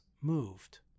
moved